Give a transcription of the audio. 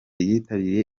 yitabiriye